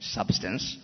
substance